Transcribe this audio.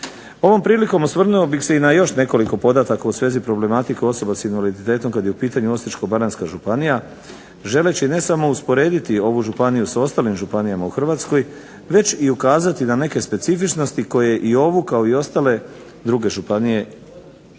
Ovom prilikom osvrnuo bih se i na još nekoliko podataka u svezi problematike osoba s invaliditetom kada je u pitanju Osječko-baranjska županija, želeći ne samo usporediti ovu županiju sa ostalim županijama u Hrvatskoj već i ukazati da neke specifičnosti koje i ovu kao i ostale druge županije možemo